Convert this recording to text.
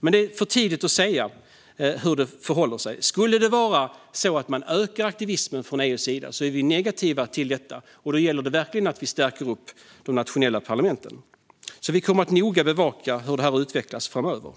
Men det är för tidigt att säga hur det förhåller sig. Skulle det vara så att man ökar aktivismen från EU:s sida är vi negativa till det, och då gäller det verkligen att vi stärker de nationella parlamenten. Vi kommer därför att noga bevaka hur detta utvecklas framöver.